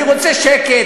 אני רוצה שקט,